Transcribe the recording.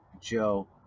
Joe